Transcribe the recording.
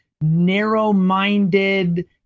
narrow-minded